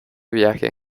viaje